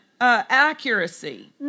accuracy